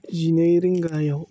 जिनै रिंगायाव